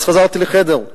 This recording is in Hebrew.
אז חזרתי לחדר,